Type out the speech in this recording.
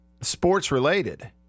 sports-related